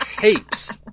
heaps